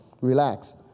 relax